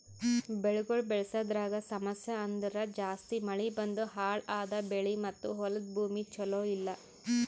ಬೆಳಿಗೊಳ್ ಬೆಳಸದ್ರಾಗ್ ಸಮಸ್ಯ ಅಂದುರ್ ಜಾಸ್ತಿ ಮಳಿ ಬಂದು ಹಾಳ್ ಆದ ಬೆಳಿ ಮತ್ತ ಹೊಲದ ಭೂಮಿ ಚಲೋ ಇಲ್ಲಾ